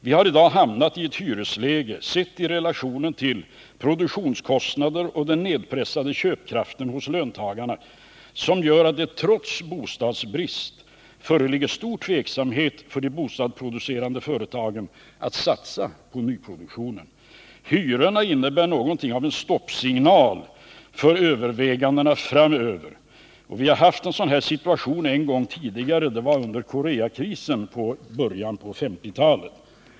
De har i dag råkat i ett hyresläge som, sett i relation till produktionskostnader och löntagarnas nedpressade köpkraft, gör att det trots bostadsbidrag föreligger stor tveksamhet i de bostadsproducerande företagen att satsa på nyproduktion. Hyrorna innebär någonting av en stoppsignal för övervägandena framöver. Vi har haft en sådan situation en gång tidigare, under Koreakrisen i början av 1950-talet.